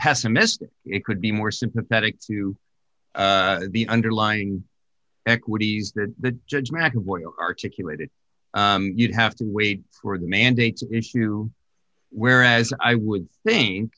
pessimistic it could be more sympathetic to the underlying equities the judge mcevoy articulated you'd have to wait for the mandates whereas i would think